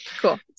cool